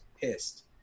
pissed